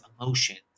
emotions